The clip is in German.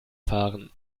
fahren